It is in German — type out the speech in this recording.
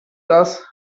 das